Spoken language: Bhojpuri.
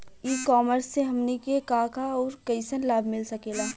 ई कॉमर्स से हमनी के का का अउर कइसन लाभ मिल सकेला?